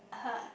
!huh!